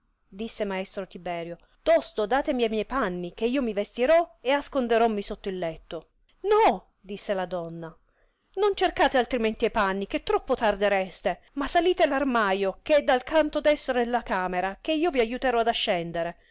disse maestro tiberio tosto datemi e miei panni che io mi vestirò e asconderommi sotto il letto no disse la donna non cercate altrimenti e panni che troppo tardereste ma salite l armalo che è dal canto destro della camera che io vi aiuterò ascendere